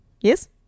Yes